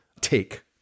take